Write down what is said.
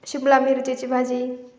शिमला मिरचीची भाजी